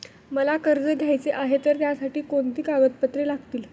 मला कर्ज घ्यायचे आहे तर त्यासाठी कोणती कागदपत्रे लागतील?